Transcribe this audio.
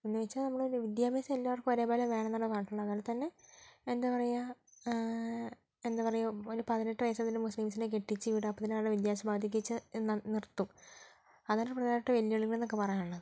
എന്ന് വെച്ചാൽ നമ്മളുടെ വിദ്യാഭ്യാസം എല്ലാവർക്കും ഒരേപോലെ വേണം എന്നുള്ള കാലത്ത് തന്നെ എന്താ പറയുക എന്താ പറയുക ഒരു പതിനെട്ട് വയസ്സ് ആകുമ്പോൾ മുസ്ലിംസിനെ കെട്ടിച്ച് വിടുക അപ്പം തന്നെ അവരുടെ വിദ്യാഭ്യാസം പകുതിക്ക് വെച്ച് നിർത്തും അതാണ് പ്രധാനമായിട്ടുള്ള വെല്ലുവിളികൾ എന്നൊക്കെ പറയാനുള്ളത്